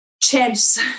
chance